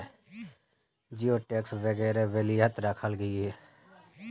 जिओडेक्स वगैरह बेल्वियात राखाल गहिये